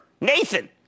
Nathan